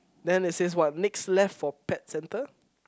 then it says what next left for pet centre